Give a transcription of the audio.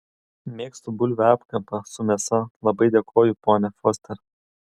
mėgstu bulvių apkepą su mėsa labai dėkoju ponia foster